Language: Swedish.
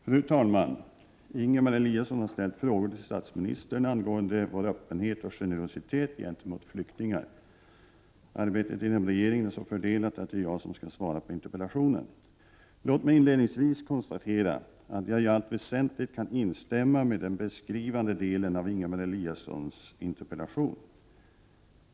Fru talman! Ingemar Eliasson har ställt frågor till statsministern angående vår öppenhet och generositet gentemot flyktingar. Arbetet inom regeringen är så fördelat att det är jag som skall svara på interpellationen. Låt mig inledningsvis konstatera att jag i allt väsentligt kan instämma med den beskrivande delen av Ingemar Eliassons interpellation.